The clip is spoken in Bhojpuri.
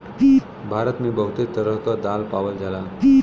भारत मे बहुते तरह क दाल पावल जाला